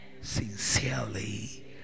sincerely